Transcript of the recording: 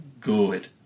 good